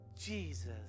Jesus